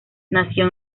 nació